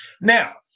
Now